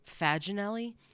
Faginelli